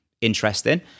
interesting